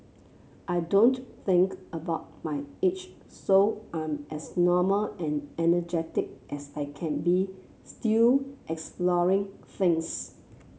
I don't think about my age so I'm as normal and energetic as I can be still exploring things